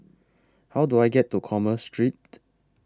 How Do I get to Commerce Street